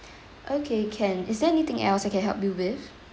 okay can is there anything else I can help you with